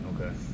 Okay